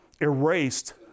erased